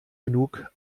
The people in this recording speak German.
genug